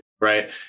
right